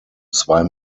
zwei